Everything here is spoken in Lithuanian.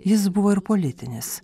jis buvo ir politinis